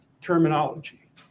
terminology